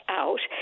out